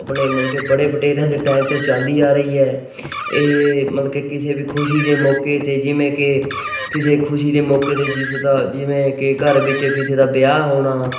ਆਪਣੇ ਮਤਲਬ ਕਿ ਬੜੇ ਵਡੇਰਿਆਂ ਦੇ ਟਾਈਮ ਤੋਂ ਚੱਲਦੀ ਆ ਰਹੀ ਹੈ ਇਹ ਮਤਲਬ ਕਿ ਕਿਸੇ ਵੀ ਖੁਸ਼ੀ ਦੇ ਮੌਕੇ 'ਤੇ ਜਿਵੇਂ ਕਿ ਕਿਸੇ ਖੁਸ਼ੀ ਦੇ ਮੌਕੇ 'ਤੇ ਜਿਸ ਦਾ ਜਿਵੇਂ ਕਿ ਘਰ ਵਿੱਚ ਕਿਸੇ ਦਾ ਵਿਆਹ ਹੋਣਾ